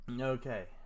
okay